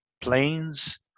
planes